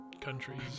countries